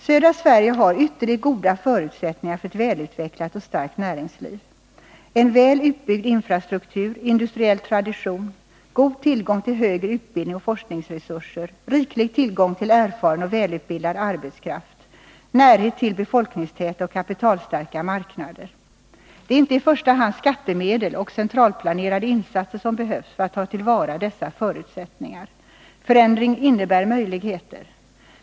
Södra Sverige har ytterligt goda förutsättningar för ett välutvecklat och starkt näringsliv: väl utbyggd infrastruktur, industriell tradition, god tillgång till högre utbildning och forskningsresurser, riklig tillgång till erfaren och välutbildad arbetskraft samt närhet till befolkningstäta och kapitalstarka marknader. Det är inte i första hand skattemedel och centralplanerade insatser som behövs för att ta till vara dessa förutsättningar. Förändring innebär möjligheter.